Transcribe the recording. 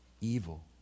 evil